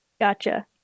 Gotcha